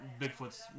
Bigfoot's